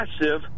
massive